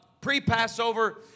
pre-Passover